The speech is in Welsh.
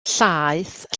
llaeth